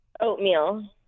oatmeal